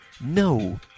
No